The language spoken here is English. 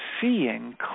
seeing